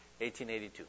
1882